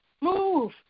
move